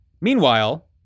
Meanwhile